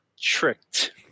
tricked